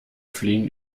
fliehen